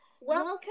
Welcome